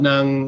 ng